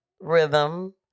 Rhythm